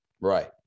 right